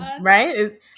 right